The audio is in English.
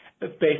based